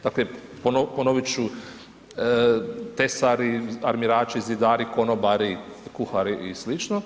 Dakle, ponovit ću tesari, armirači, zidari, konobari, kuhari i sl.